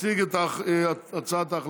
יציג את הצעת ההחלטה.